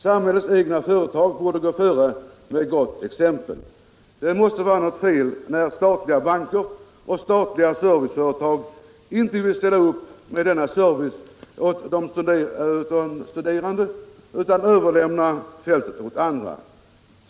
Samhällets egna företag borde gå före med gott exempel. Det måste vara något fel när statliga banker och statliga serviceföretag inte vill ställa upp med denna service åt de studerande utan överlämnar fältet åt andra.